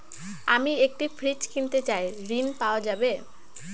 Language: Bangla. আমি একটি ফ্রিজ কিনতে চাই ঝণ পাওয়া যাবে?